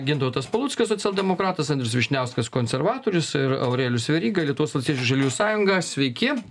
gintautas paluckas socialdemokratas andrius vyšniauskas konservatorius ir aurelijus veryga lietuvos valstiečių ir žaliųjų sąjungą sveiki